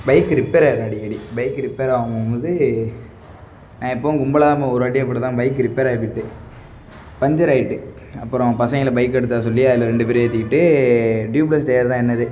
bike repair ஆயிரும் அடிக்கடி bike repair ஆகும்போகும்போது நான் எப்போவும் கும்பலாகதான் போவேன் ஒரு வாட்டி அப்படி தான் பைக்கு ரிப்பேர் ஆயிப்போய்ட்டு பஞ்சர் ஆகிட்டு அப்புறம் பசங்களை பைக் எடுத்தார சொல்லி அதில் ரெண்டு பேர் ஏத்திக்கிட்டு ட்யூப்ளஸ் டயர் தான் என்னது